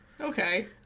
okay